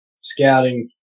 scouting